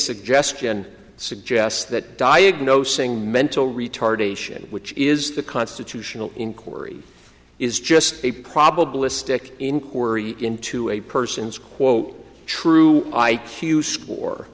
suggestion suggests that diagnosing mental retardation which is the constitutional inquiry is just a probabilistic inquiry into a person's quote true i